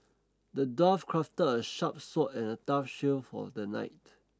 the dwarf crafted a sharp sword and a tough shield for the knight